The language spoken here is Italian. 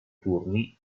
turni